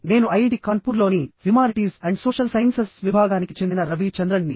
నేను ఐఐటి కాన్పూర్లోని humanities and social sciences విభాగానికి చెందిన రవి చంద్రన్ ని